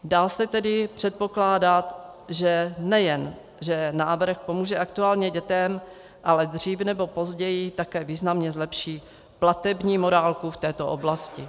Dá se tedy předpokládat, že nejen že návrh pomůže aktuálně dětem, ale dřív nebo později také významně zlepší platební morálku v této oblasti.